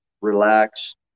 relaxed